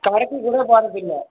கடைக்கு கூட போகிறதில்ல